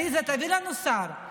עליזה, תביאי לנו שר.